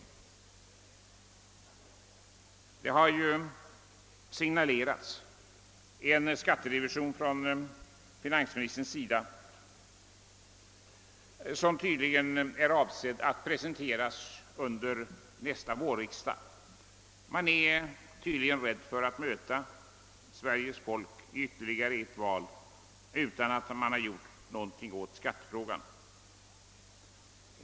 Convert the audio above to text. Finansministern har signalerat en skatterevision, som tydligen är avsedd att presenteras under nästa vårriksdag. Man är tydligen rädd för att möta Sveriges folk i ytterligare ett val utan att ha gjort någonting åt skattefrågan.